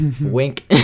Wink